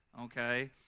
Okay